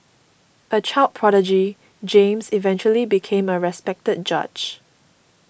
a child prodigy James eventually became a respected judge